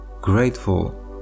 grateful